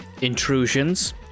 intrusions